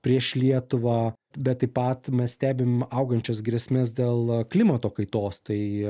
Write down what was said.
prieš lietuvą bet pat mes stebim augančias grėsmes dėl klimato kaitos tai